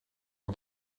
het